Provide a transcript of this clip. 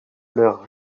leurs